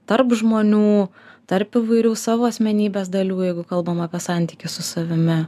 tarp žmonių tarp įvairių savo asmenybės dalių jeigu kalbam apie santykius su savimi